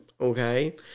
okay